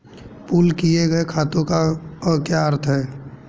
Pool किए गए खातों का क्या अर्थ है?